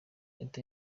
leta